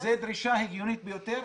זו דרישה הגיונית ביותר.